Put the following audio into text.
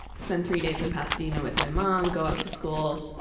spend three days in pasadena with my mom, go up to school,